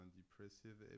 depressive